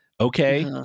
Okay